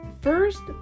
first